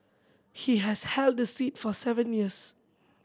he has held the seat for seven years